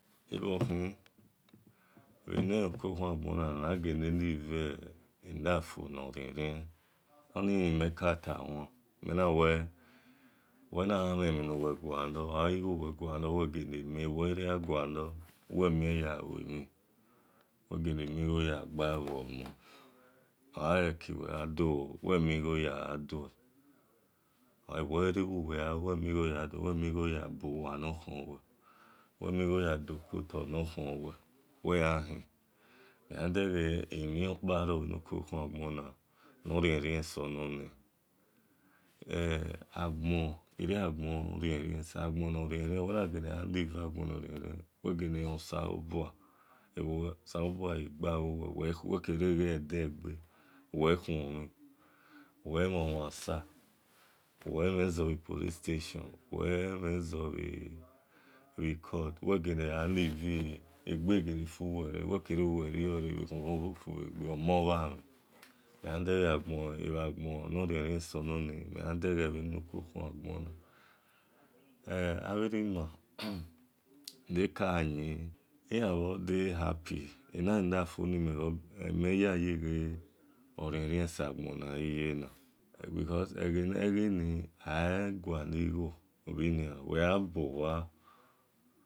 Enukuokhangbona aighrlr liue life norierien oni meka tawan-menawe wenagha mhen-mhinuwe gualor oghaligho wegualor webhe mien-ebu-weghighagualor wimien yanlue mhin we ghele migho ya gbalo ghomon oghali eki weyan do wemigho we migho yadua we migho yabowanokhonwe wemigho yadokoto nokhonwe weghakhin emhie kpomrukukhuagbon norierien soni agbonorierien-wenaghele ahive agbonorierien weghe le lon salobu salobua agbaloghuwe wekere ghe edegbe wekhuonmhin wemhon osa wemhenzo bhipolistatian we mbe court egbefuwere omon bhamhen memhandaghaghon orienien sononi ebherima nekayin iyan-bho de happy eni life ni men yayi ghe orienrien sagbani mayena because egheni aigualigho bhinian weghayan bowa